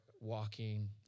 walking